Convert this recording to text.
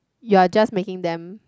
you're just making them